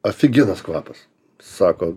afigienas kvapas sako